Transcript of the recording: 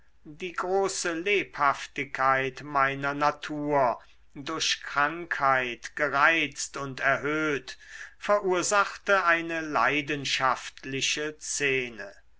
die große lebhaftigkeit meiner natur durch krankheit gereizt und erhöht verursachte eine leidenschaftliche szene